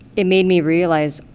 it made me realize,